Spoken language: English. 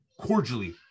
cordially